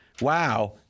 wow